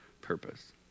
purpose